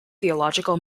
theological